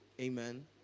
amen